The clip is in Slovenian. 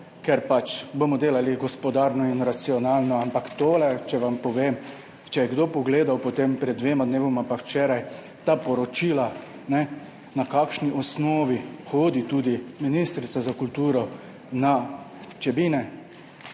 ker bomo pač delali gospodarno in racionalno. Ampak tole, če vam povem, če je kdo pogledal pred dvema dnevoma pa včeraj ta poročila, na kakšni osnovi hodi tudi ministrica za kulturo na Čebine